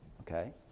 okay